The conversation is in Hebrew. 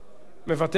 תודה.